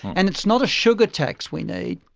and it's not a sugar tax we need,